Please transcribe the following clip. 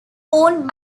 owned